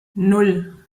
nan